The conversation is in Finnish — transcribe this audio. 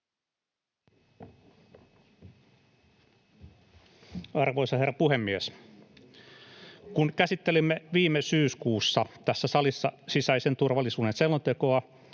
Arvoisa herra puhemies! Kun käsittelimme viime syyskuussa tässä salissa sisäisen turvallisuuden selontekoa,